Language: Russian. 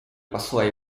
посла